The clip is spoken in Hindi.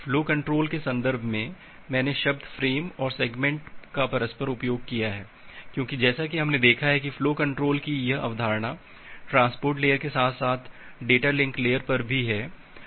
फ्लो कंट्रोल के संदर्भ में मैंने शब्द फ़्रेम और सेगमेंट का परस्पर उपयोग किया है क्योंकि जैसा कि हमने देखा है कि फ्लो कंट्रोल की यह अवधारणा ट्रांसपोर्ट लेयर के साथ साथ डेटा लिंक लेयर पर भी है